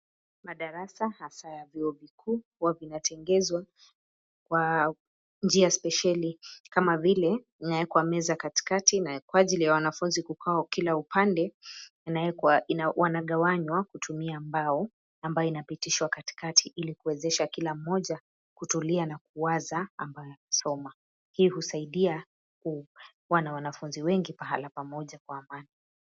Madarasa hasa ya vyuo vikuu huwa vina tengezwa kwa njia spesheli kama vile ina wekwa meza katikati na kwa ajili ya wanafunzi kukaa kila upande wanangawanywa kutumia mbao ambayo inapitishwa katikati ili kuwezesha kila mmoja kutulia na kuwaza ambayo anasoma, hii husaidia kukuwa na wanafunzi wengi pahala pamoja pa amani.